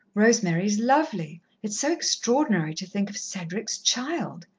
rosemary is lovely. it's so extraordinary to think of cedric's child!